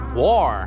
war